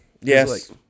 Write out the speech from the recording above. yes